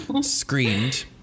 screamed